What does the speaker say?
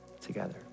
together